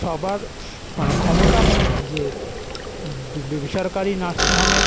সবার মানে ক্ষমতা নেই যে বেসরকারি নার্সিং হোমে